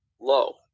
low